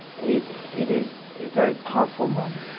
it it is a very powerful moment.